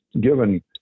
given